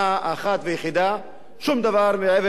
שום דבר מעבר לזה לא התממש.